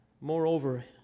Moreover